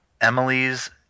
Emily's